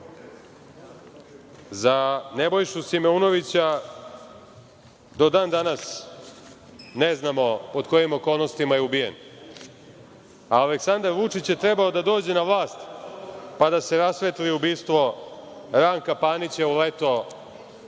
Za Nebojšu Simeunovića, do dan danas, ne znamo pod kojim okolnostima je ubijen. Aleksandar Vučić je trebao da dođe na vlast, pa da se rasvetli ubistvo Ranka Panića u leto